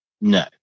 No